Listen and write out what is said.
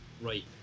Right